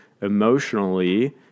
emotionally